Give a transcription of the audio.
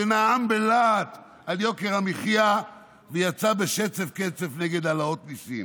שנאם בלהט על יוקר המחיה ויצא בשצף-קצף נגד העלאות מיסים.